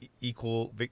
equal